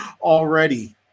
already